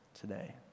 today